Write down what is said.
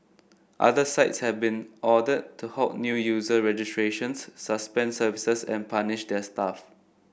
other sites have been ordered to halt new user registrations suspend services and punish their staff